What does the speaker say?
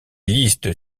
listes